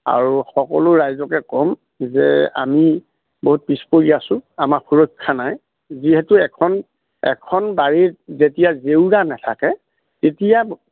আৰু সকলো ৰাইজকে ক'ম যে আমি বহুত পিছ পৰি আছোঁ আমাৰ সুৰক্ষা নাই যিহেতু এখন এখন বাৰীত যেতিয়া জেউৰা নাথাকে তেতিয়া